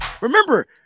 Remember